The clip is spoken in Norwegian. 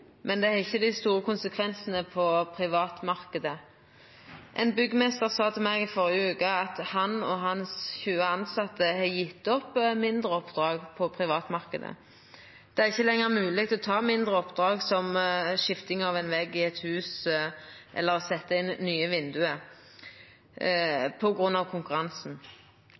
men dei har ikkje dei store konsekvensane på privatmarknaden. Ein byggmeister sa til meg i førre veke at han og hans 20 tilsette har gjeve opp mindre oppdrag på privatmarknaden. Det er ikkje lenger mogleg å ta mindre oppdrag, som skifting av ein vegg i eit hus eller å setja inn nye vindauge, på grunn av konkurransen.